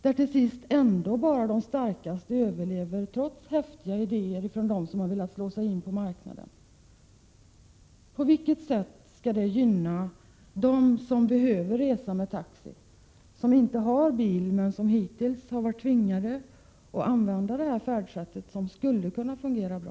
Trots häftiga idéer från dem som velat slå sig in på marknaden är det ändå bara de starkaste som till sist överlever. På vilket sätt skall detta gynna människor som inte har bil och behöver resa med taxi? De har hittills varit tvingade till att anlita ett färdsätt som skulle kunna fungera bra.